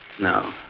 No